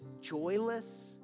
joyless